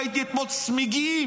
ראיתי אתמול צמיגים.